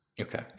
Okay